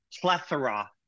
plethora